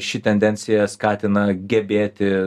ši tendencija skatina gebėti